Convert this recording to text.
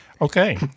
Okay